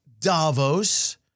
Davos